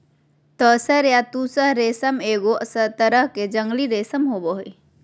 तसर या तुसह रेशम एगो तरह के जंगली रेशम होबो हइ